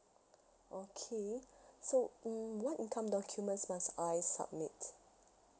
okay so mm what income documents must I submit